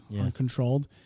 uncontrolled